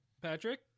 Patrick